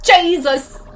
Jesus